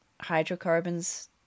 hydrocarbons